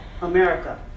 America